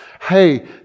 Hey